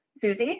Susie